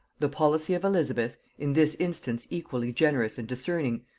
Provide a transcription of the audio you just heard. the policy of elizabeth, in this instance equally generous and discerning,